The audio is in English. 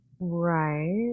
right